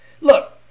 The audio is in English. Look